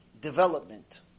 development